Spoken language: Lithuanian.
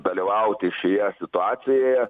dalyvauti šioje situacijoje